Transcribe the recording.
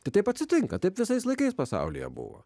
tai taip atsitinka taip visais laikais pasaulyje buvo